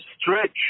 stretch